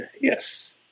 Yes